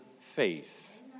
faith